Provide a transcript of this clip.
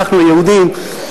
אנחנו היהודים.